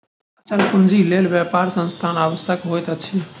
अचल पूंजीक लेल व्यापारक स्थान आवश्यक होइत अछि